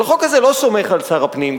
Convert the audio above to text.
אבל החוק הזה לא סומך על שר הפנים,